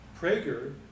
Prager